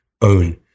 own